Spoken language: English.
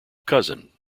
cousin